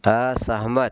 असहमत